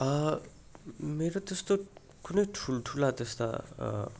मेरो त्यस्तो कुनै ठुल्ठुला त्यस्ता